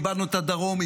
איבדנו את הדרום,